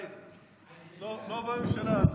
לא בממשלה הזאת.